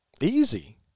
Easy